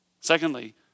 Secondly